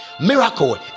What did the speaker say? Miracle